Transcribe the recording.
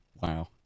Wow